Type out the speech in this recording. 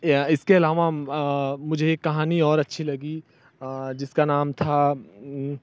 इसके अलावा मुझे कहानी और अच्छी लगी जिसका नाम था